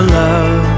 love